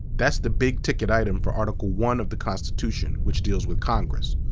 that's the big ticket item for article one of the constitution, which deals with congress.